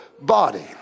body